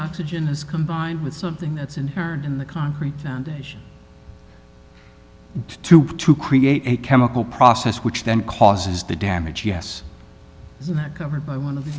oxygen is combined with something that's in her in the concrete foundation to have to create a chemical process which then causes the damage yes that covered by one of the